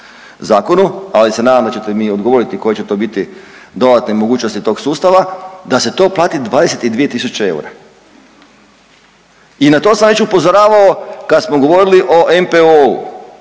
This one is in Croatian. ali se nadam da ćete mi odgovoriti koje će to biti dodatne mogućnosti tog sustava, da se to plati 22 tisuće eura i na to sam već upozoravao kad smo govorili o NPOO-u,